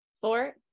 four